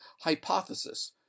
hypothesis